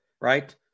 right